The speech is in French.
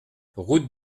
route